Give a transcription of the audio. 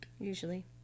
usually